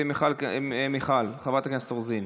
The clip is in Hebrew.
(הוראות מיוחדות לעניין רופא שהורשע